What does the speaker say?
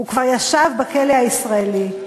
וכבר ישב בכלא הישראלי.